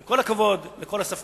עם כל הכבוד לכל הספקנים,